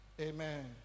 Amen